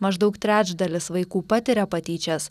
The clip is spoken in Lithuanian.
maždaug trečdalis vaikų patiria patyčias